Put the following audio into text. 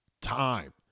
Time